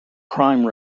crime